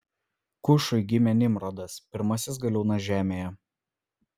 kušui gimė nimrodas pirmasis galiūnas žemėje